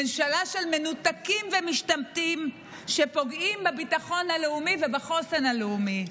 ממשלה של מנותקים ומשתמטים שפוגעים בביטחון הלאומי ובחוסן הלאומי.